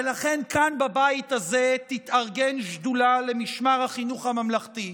ולכן כאן בבית הזה תתארגן שדולה למשמר החינוך הממלכתי.